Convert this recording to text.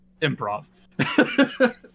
improv